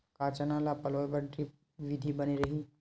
का चना ल पलोय बर ड्रिप विधी बने रही?